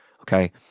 okay